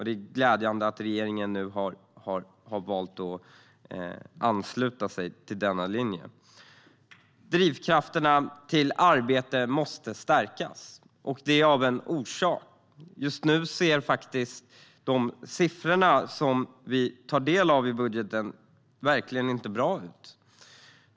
Det är glädjande att regeringen har valt att ansluta sig till denna linje. Drivkrafterna för arbete måste stärkas, för de siffror vi kan ta del av i budgeten ser verkligen inte bra ut.